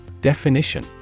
Definition